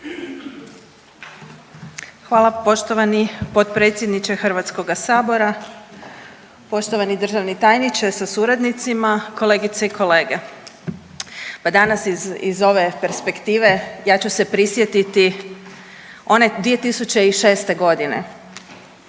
Hvala poštovani potpredsjedniče HS-a, poštovani državni tajniče sa suradnicima, kolegice i kolege. Pa danas iz ove perspektive ja ću se prisjetiti one 2006. g.